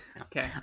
Okay